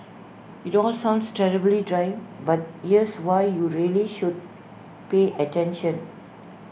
IT all sounds terribly dry but here's why you really should pay attention